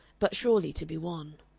but surely to be won.